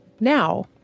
now